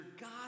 God